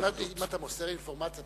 אם אתה מוסר אינפורמציה,